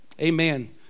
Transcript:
Amen